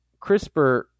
CRISPR